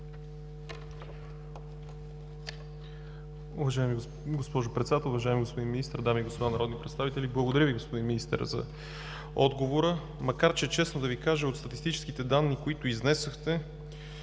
Уважаема госпожо Председател, уважаеми господин Министър, дами и господа народни представители! Благодаря Ви, господин Министър, за отговора, макар честно да Ви кажа, че от статистическите данни, които изнесохте,